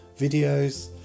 videos